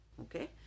okay